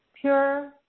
Pure